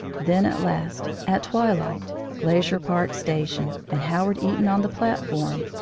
then, at last, at twilight. glacier park station, and howard eaton on the platform,